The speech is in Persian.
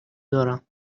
دارم